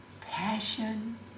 passion